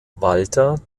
walter